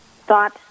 thought